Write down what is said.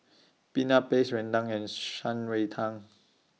Peanut Paste Rendang and Shan Rui Tang